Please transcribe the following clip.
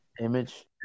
Image